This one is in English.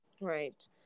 right